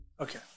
Okay